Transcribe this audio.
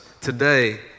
today